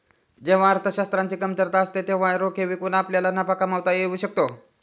जेव्हा अर्थशास्त्राची कमतरता असते तेव्हा रोखे विकून आपल्याला नफा कमावता येऊ शकतो